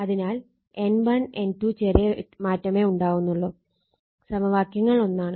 അതിനാൽ N1 N2 ചെറിയ മാറ്റമുണ്ടെന്നേ ഒള്ളൂ സമവാക്യങ്ങൾ ഒന്നാണ്